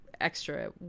extra